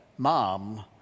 Mom